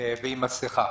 ועם מסיכה.